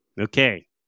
Okay